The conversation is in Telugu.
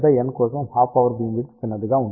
పెద్ద n కోసం హాఫ్ పవర్ బీమ్ విడ్త్ చిన్నదిగా ఉంటుంది